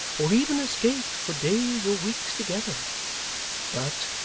or even escape for days or weeks together but,